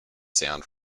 sound